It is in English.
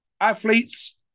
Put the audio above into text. Athletes